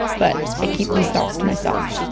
but i keep these thoughts to myself.